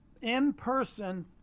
in-person